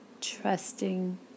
trusting